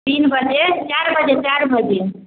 तीन बजे चारि बजे चारि बजे